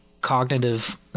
cognitive